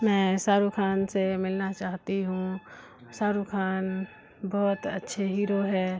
میں شاہ رخ خان سے ملنا چاہتی ہوں شاہ رخ خان بہت اچھے ہیرو ہے